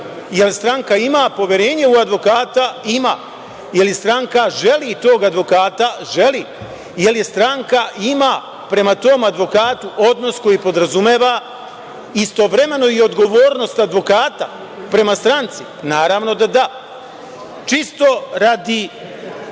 Jel stranka ima poverenje u advokata? Ima. Jel stranka želi tog advokata? Želi. Jel stranka ima prema tom advokatu odnos koji podrazumeva istovremeno i odgovornost advokata prema stranci? Naravno, da da. Čisto radi